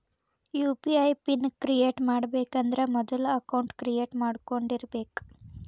UPI PIN create ಮಾಡಬೇಕಂದ್ರ ಮೊದ್ಲ account create ಮಾಡ್ಕೊಂಡಿರಬೆಕ್